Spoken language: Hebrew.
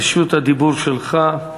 רשות הדיבור שלך.